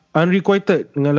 unrequited